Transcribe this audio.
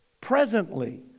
presently